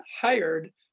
hired